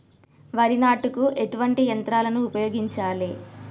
వరి నాటుకు ఎటువంటి యంత్రాలను ఉపయోగించాలే?